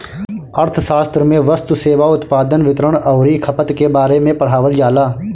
अर्थशास्त्र में वस्तु, सेवा, उत्पादन, वितरण अउरी खपत के बारे में पढ़ावल जाला